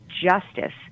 justice